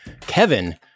Kevin